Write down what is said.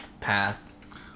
path